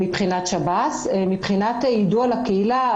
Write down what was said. מבחינת יידוע לקהילה,